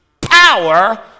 power